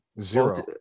Zero